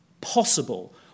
possible